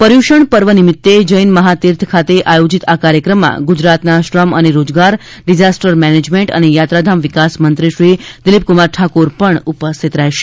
પર્યુષણ પર્વ નિમીત્તે જૈન મહાતીર્થ ખાતે આયોજીત આ કાર્યક્રમમાં ગુજરાતના શ્રમ અને રોજગાર ડિઝાસ્ટર મૅનેજમૅન્ટ અને યાત્રાધામ વિકાસ મંત્રીશ્રી દિલીપકુમાર ઠાકોર પણ ઉપસ્થિત રહેશે